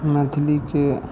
मैथिलीके